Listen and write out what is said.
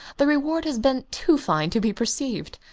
the reward has been too fine to be perceived.